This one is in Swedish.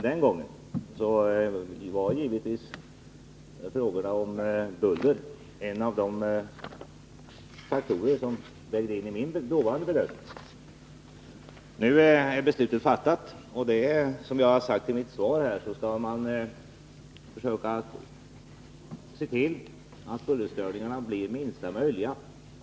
Den gången var givetvis bullerfrågan en av de faktorer som jag vägde in i min bedömning. Nu är beslutet fattat, och som jag har sagt i mitt svar skall man försöka se till att bullerstörningarna blir de minsta möjliga.